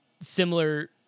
similar